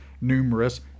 numerous